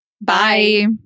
Bye